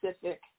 pacific